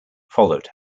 followed